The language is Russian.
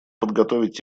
подготовить